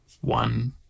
one